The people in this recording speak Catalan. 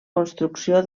construcció